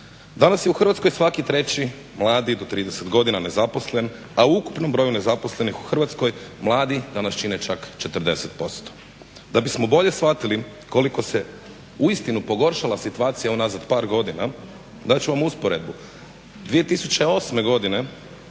Danas je u Hrvatskoj svaki treći mladi do 30 godina nezaposlen, a u ukupnom broju nezaposlenih u Hrvatskoj mladi danas čine čak 40%. Da bismo bolje shvatili koliko se uistinu pogoršala situacija unazad par godina dat ću vam usporedbu. 2008. godine